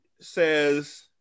says